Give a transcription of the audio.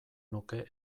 nuke